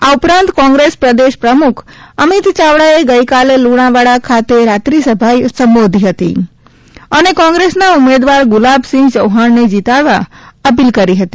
આ ઉપરાંતક્રોંગ્રેસ પ્રદેશ પ્રમુખ અમિત યાવડાએ ગઈકાલે લુણાવાડા ખાતે રાત્રિસભા સંબોધી હતી અને કોંગ્રેસના ઉમેદવાર ગુલાબસિંહ ચૌહાણને જીતાડવા અપીલ કરી હતી